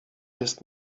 jest